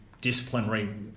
disciplinary